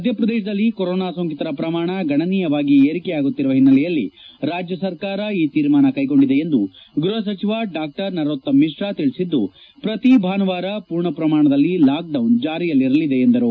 ಮಧ್ಯಪ್ರದೇಶದಲ್ಲಿ ಕೊರೋನಾ ಸೋಂಕಿತರ ಪ್ರಮಾಣ ಗಣನೀಯವಾಗಿ ಏರಿಕೆಯಾಗುತ್ತಿರುವ ಹಿನ್ನೆಲೆಯಲ್ಲಿ ರಾಜ್ಯ ಸರ್ಕಾರ ಈ ತೀರ್ಮಾನ ಕೈಗೊಂಡಿದೆ ಎಂದು ಗೃಪ ಸಚಿವ ಡಾಕ್ಟರ್ ನರೋತ್ತಮ್ ಮಿಶ್ರ ತಿಳಿಸಿದ್ದು ಪ್ರತಿ ಭಾನುವಾರ ಪೂರ್ಣ ಪ್ರಮಾಣದಲ್ಲಿ ಲಾಕ್ಡೌನ್ ಜಾರಿಯಲ್ಲಿರಲಿದೆ ಎಂದರು